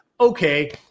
okay